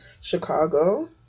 Chicago